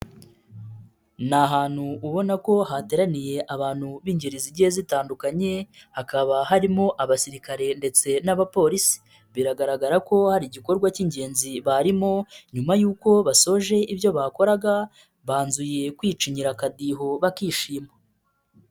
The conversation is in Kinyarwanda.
Ni ahantu ubona ko hateraniye abantu b'ingeri zigiye zitandukanye hakaba harimo abasirikare ndetse n'abapolisi, biragaragara ko hari igikorwa k'ingenzi barimo nyuma yuko basoje ibyo bakoraga banzuye kwicinyira akadiho bakishima.